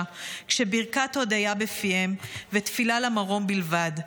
כשברכת הודיה בפיהם ותפילה למרום בלבד.